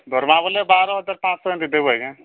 ଦରମା ବଲେ ବାର ହଜାର ପାଞ୍ଚଶହ ଏମିତି ଦେବ ଆଜ୍ଞା